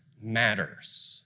matters